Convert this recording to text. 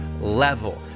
level